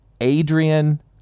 Adrian